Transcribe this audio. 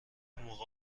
موقع